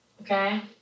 Okay